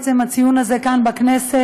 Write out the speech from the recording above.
עצם הציון הזה כאן בכנסת,